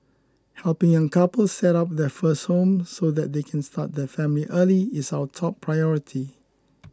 helping young couples set up their first home so that they can start their family early is our top priority